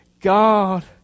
God